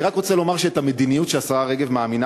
אני רק רוצה לומר שאת המדיניות שהשרה רגב מאמינה